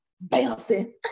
bouncing